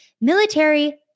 military